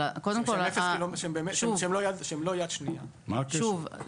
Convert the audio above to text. מה הקשר?